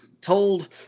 told